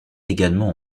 également